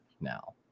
now